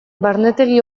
barnetegi